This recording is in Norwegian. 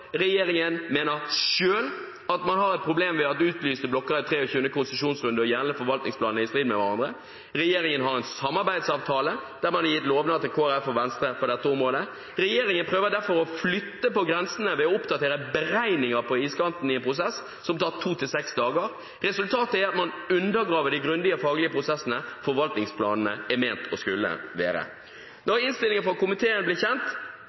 regjeringen selv mener at man har et problem ved at utlyste blokker i 23. konsesjonsrunde og gjeldende forvaltningsplan er i strid med hverandre. Regjeringen har en samarbeidsavtale der man har gitt lovnader til Kristelig Folkeparti og Venstre på dette området. Regjeringen prøver derfor å flytte på grensene ved å oppdatere beregningene for iskanten i en prosess som tar to–seks dager. Resultatet er at man undergraver de grundige faglige prosessene forvaltningsplanene er ment å skulle være. Da innstillingen fra komiteen ble kjent,